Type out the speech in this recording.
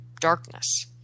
darkness